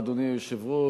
אדוני היושב-ראש,